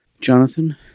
Jonathan